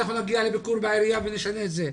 אנחנו נגיע לביקור בעירייה ונשנה את זה,